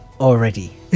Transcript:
Already